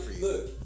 look